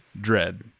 Dread